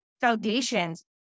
foundations